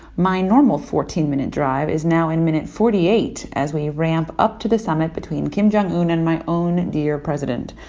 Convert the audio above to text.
my normal fourteen minute drive is now in minute forty eight as we ramp up to the summit between kim jong un and my own dear president.